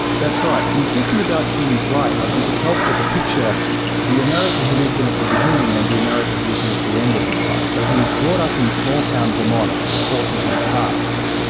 that's right. in thinking about dewey's life, i think it's helpful to picture the america he lived in at the beginning and the america he lived in at the end of his life. so he was brought up in small town vermont, with horses and carts,